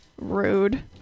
Rude